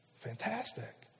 Fantastic